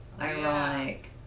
Ironic